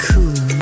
Cool